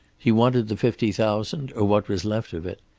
he wanted the fifty thousand, or what was left of it,